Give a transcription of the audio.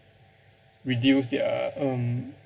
reduce their um